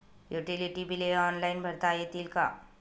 Utility बिले online भरता येतील का?